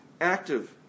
active